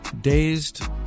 Dazed